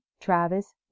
Travis